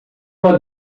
uma